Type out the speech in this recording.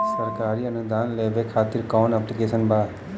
सरकारी अनुदान लेबे खातिर कवन ऐप्लिकेशन बा?